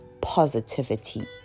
positivity